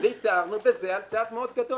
ויתרנו, וזה היה צעד מאוד גדול.